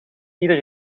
ieder